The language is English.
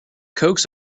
coax